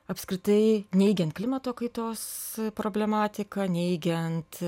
apskritai neigiant klimato kaitos problematiką neigiant